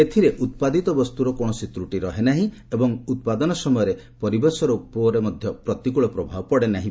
ଏଥିରେ ଉତ୍ପାଦିତ ବସ୍ତୁର କୌଣସି ତ୍ରଟି ରହେନାହିଁ ଏବଂ ଉତ୍ପାଦନ ସମୟରେ ପରିବେଶ ଉପରେ ମଧ୍ୟ ପ୍ରତିକୂଳ ପ୍ରଭାବ ପଡ଼େନାହିଁ